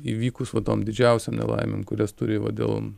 įvykus va tom didžiausiom nelaimėm kurias turi dėl